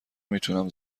میتونم